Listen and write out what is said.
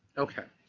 okay.